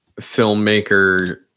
filmmaker